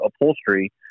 upholstery